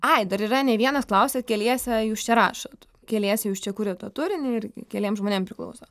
ai dar yra ne vienas klausė keliese jūs čia rašot keliese jūs čia kuriat tą turinį ir keliem žmonėm priklauso